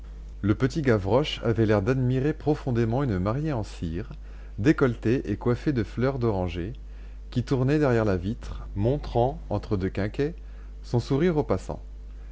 le petit gavroche avait l'air d'admirer profondément une mariée en cire décolletée et coiffée de fleurs d'oranger qui tournait derrière la vitre montrant entre deux quinquets son sourire aux passants